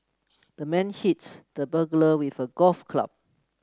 the man hit the burglar with a golf club